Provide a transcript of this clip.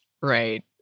right